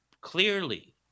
clearly